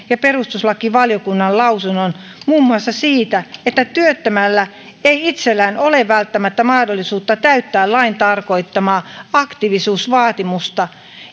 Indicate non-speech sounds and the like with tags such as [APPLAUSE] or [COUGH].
[UNINTELLIGIBLE] ja perustuslakivaliokunnan lausunnon muun muassa siitä että työttömällä ei itsellään ole välttämättä mahdollisuutta täyttää lain tarkoittamaa aktiivisuusvaatimusta